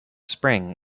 spring